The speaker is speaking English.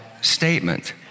statement